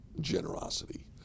generosity